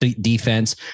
defense